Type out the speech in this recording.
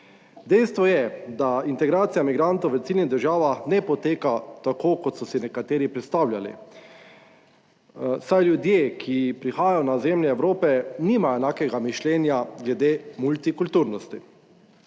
Dejstvo je, da integracija migrantov v ciljnih državah ne poteka tako, kot so si nekateri predstavljali. Saj ljudje, ki prihajajo na ozemlje Evrope, nimajo enakega mišljenja glede multikulturnosti.